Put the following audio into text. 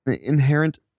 inherent